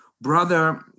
brother